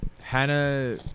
Hannah